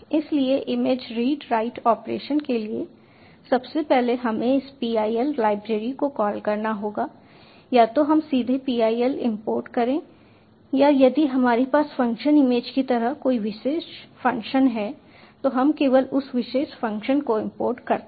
इसलिए image read write operation के लिए सबसे पहले हमें इस PIL लाइब्रेरी को कॉल करना होगा या तो हम सीधे PIL इंपोर्ट करें या यदि हमारे पास फ़ंक्शन इमेज की तरह कोई विशेष फ़ंक्शन है तो हम केवल उस विशेष फ़ंक्शन को इंपोर्ट करते हैं